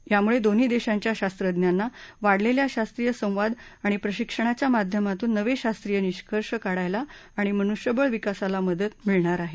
यामुळे दोन्ही देशांच्या शास्त्रज्ञांना वाढलेल्या शास्त्रीय संवाद आणि प्रशिक्षणाच्या माध्यमातून नवे शास्त्रीय निष्कर्ष काढायला आणि मनुष्यबळ विकासाला मदत मिळणार आहे